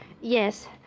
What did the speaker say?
Yes